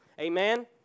Amen